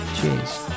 Cheers